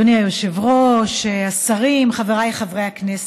אדוני היושב-ראש, השרים, חבריי חברי הכנסת,